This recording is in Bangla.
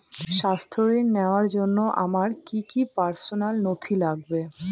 স্বাস্থ্য ঋণ নেওয়ার জন্য আমার কি কি পার্সোনাল নথি লাগবে?